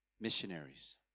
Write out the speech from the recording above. missionaries